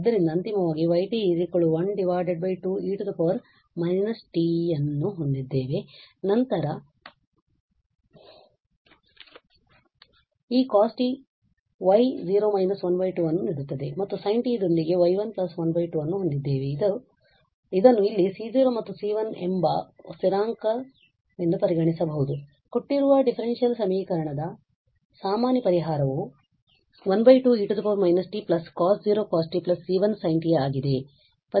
ಆದ್ದರಿಂದ ಅಂತಿಮವಾಗಿ ನಾವು y 1 2 e −t ಅನ್ನು ಹೊಂದಿದ್ದೇವೆ ಮತ್ತು ನಂತರ ಈ cos t y0 − 12 ಅನ್ನು ನೀಡುತ್ತದೆ ಮತ್ತು sin t ದೊಂದಿಗೆ ನಾವು y1 1 2 ಅನ್ನು ಹೊಂದಿದ್ದೇವೆ ಇದನ್ನು ಇಲ್ಲಿ C0 ಮತ್ತುC1 ಎಂಬ ಮತ್ತೊಂದು ಸ್ಥಿರಾಂಕವೆಂದು ಪರಿಗಣಿಸಬಹುದು ಕೊಟ್ಟಿರುವ ಡಿಫರೆನ್ಶಿಯಲ್ ಸಮೀಕರಣದ ನಮ್ಮ ಸಾಮಾನ್ಯ ಪರಿಹಾರವು 12 e −t C0 cos t C1 sin t ಆಗಿದೆ